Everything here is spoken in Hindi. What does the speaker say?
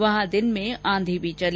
वहां दिन में आंधी भी चली